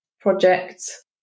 projects